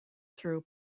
through